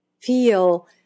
feel